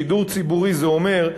שידור ציבורי זה אומר,